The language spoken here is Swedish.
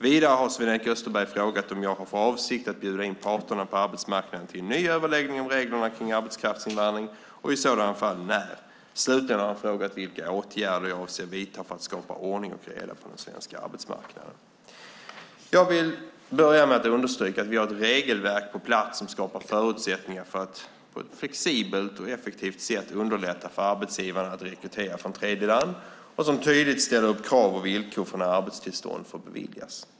Vidare har Sven-Erik Österberg frågat om jag har för avsikt att bjuda in parterna på arbetsmarknaden till en ny överläggning om reglerna för arbetskraftsinvandring och i sådana fall när. Slutligen har han frågat vilka åtgärder jag avser att vidta för att skapa ordning och reda på den svenska arbetsmarknaden. Jag vill börja med att understryka att vi har ett regelverk på plats som skapar förutsättningar för att på ett flexibelt och effektivt sätt underlätta för arbetsgivarna att rekrytera från tredjeland och som tydligt ställer upp krav och villkor för när arbetstillstånd får beviljas.